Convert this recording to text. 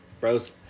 bros